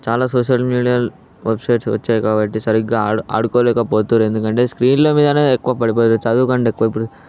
చాలా సోషల్ మీడియాలు వెబ్సైట్స్ వచ్చాయి కాబట్టి సరిగ్గా ఆడు ఆడుకోలేకపోతున్నారు ఎందుకంటే స్క్రీన్ల మీద ఎక్కువ పడిపోయారు చదువుకంటే ఎక్కువిప్పుడు